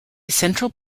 central